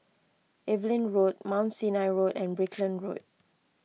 Evelyn Road Mount Sinai Road and Brickland Road